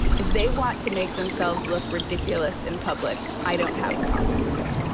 if they want to make themselves look ridiculous in public, i don't have a problem with it.